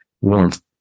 warmth